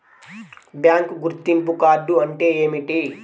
Bank గుర్తింపు card అంటే ఏమిటి?